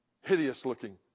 hideous-looking